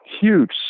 huge